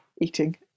eating